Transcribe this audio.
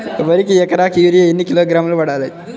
వరికి ఎకరాకు యూరియా ఎన్ని కిలోగ్రాములు వాడాలి?